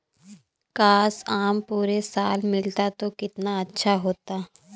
काश, आम पूरे साल मिलता तो कितना अच्छा होता